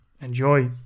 Enjoy